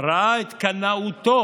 ראה את קנאותו